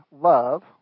love